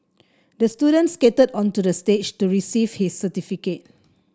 the student skated onto the stage to receive his certificate